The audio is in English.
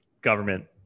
government